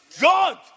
God